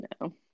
no